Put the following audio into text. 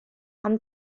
amb